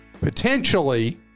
potentially